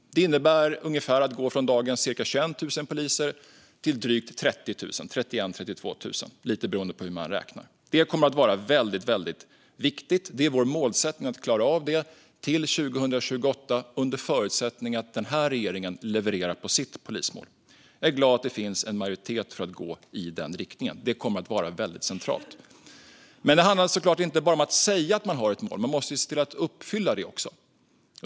Det innebär ungefär att gå från dagens cirka 21 000 poliser till drygt 30 000 - 31 000 eller 32 000, lite beroende på hur man räknar. Det kommer att vara väldigt viktigt, och det är vår målsättning att klara av detta till 2028 under förutsättning att den här regeringen levererar på nivå med sitt polismål. Jag är glad att det finns en majoritet för att gå i den riktningen, för det kommer att vara väldigt centralt. Men det handlar såklart inte bara om att säga att man har ett mål; man måste se till att uppfylla det också.